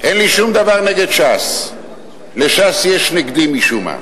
אין לי שום דבר נגד ש"ס, לש"ס יש נגדי משום מה,